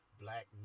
black